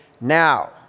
now